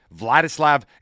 Vladislav